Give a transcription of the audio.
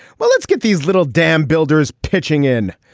well, let's get these little dam builders pitching in.